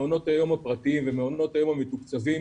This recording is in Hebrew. מעונות היום הפרטיים ומעונות היום המתוקצבים